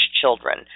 children